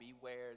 beware